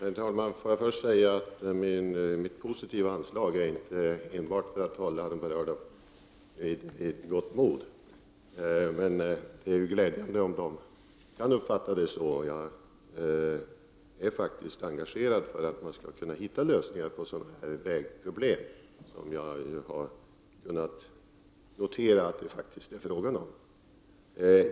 Herr talman! Låt mig först säga att anledningen till mitt positiva anslag inte enbart är att hålla de berörda vid gott mod. Det är emellertid glädjande om de kan uppfatta det så. Jag är faktiskt engagerad för att man skall kunna hitta lösningar på det här vägproblemet. Jag har ju kunnat notera att det verkligen är fråga om ett sådant.